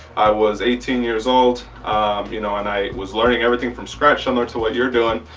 i was eighteen years old you know and i was learning everything from scratch similar to what you're doing.